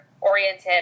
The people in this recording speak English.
oriented